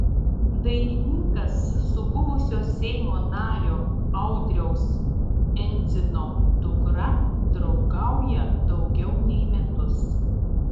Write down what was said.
dainininkas su buvusio seimo nario audriaus endzino dukra draugauja daugiau nei metus